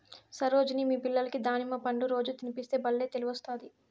సరోజిని మీ పిల్లలకి దానిమ్మ పండ్లు రోజూ తినిపిస్తే బల్లే తెలివొస్తాది